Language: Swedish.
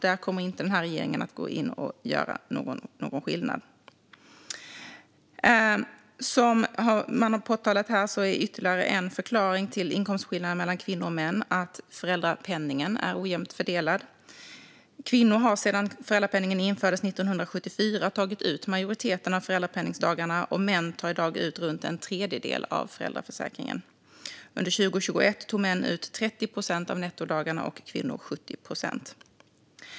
Där kommer inte denna regering att gå in och göra någon skillnad. Som man har påpekat här är ytterligare en förklaring till inkomstskillnaderna mellan kvinnor och män att föräldrapenningen är ojämnt fördelad. Kvinnor har sedan föräldrapenningen infördes, 1974, tagit ut majoriteten av föräldrapenningdagarna. Män tar i dag ut runt en tredjedel av föräldraförsäkringen. Under 2021 tog män ut 30 procent av nettodagarna och kvinnor 70 procent.